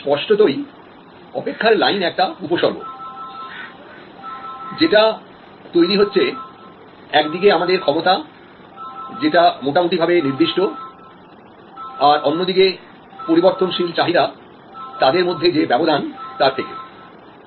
এখন স্পষ্টতই অপেক্ষার লাইন একটা উপসর্গ যেটা তৈরি হচ্ছে একদিকে আমাদের ক্ষমতা যেটা মোটামুটিভাবে নির্দিষ্ট আর অন্যদিকে পরিবর্তনশীল চাহিদা তাদের মধ্যে যে ব্যবধান তার থেকে